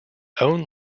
own